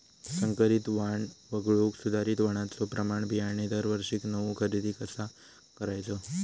संकरित वाण वगळुक सुधारित वाणाचो प्रमाण बियाणे दरवर्षीक नवो खरेदी कसा करायचो?